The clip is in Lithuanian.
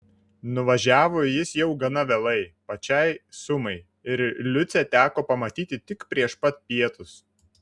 nuvažiavo jis jau gana vėlai pačiai sumai ir liucę teko pamatyti tik prieš pat pietus